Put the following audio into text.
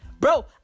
Bro